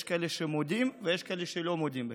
יש כאלה שמודים ויש כאלה שלא מודים בכך.